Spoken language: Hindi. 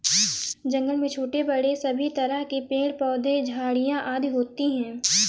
जंगल में छोटे बड़े सभी तरह के पेड़ पौधे झाड़ियां आदि होती हैं